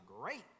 great